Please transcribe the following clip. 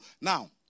Now